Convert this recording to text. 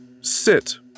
sit